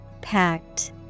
Packed